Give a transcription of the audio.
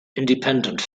independent